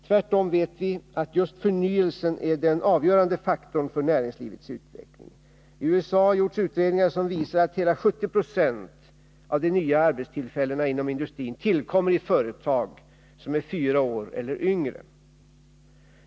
Tvärtom vet vi att just förnyelsen är den avgörande faktorn för näringslivets utveckling. I USA har gjorts utredningar som visar att hela 70 26 av de nya arbetstillfällena inom industrin tillkommer i företag som är fyra år eller yngre.